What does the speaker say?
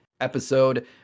episode